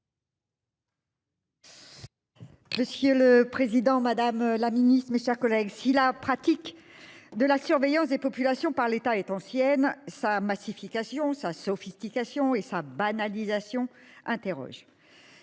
Monsieur le président, madame la ministre, mes chers collègues, si la pratique de la surveillance des populations par l'État est ancienne, sa massification, sa sophistication et sa banalisation interrogent.